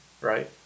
right